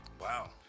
Wow